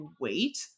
wait